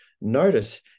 notice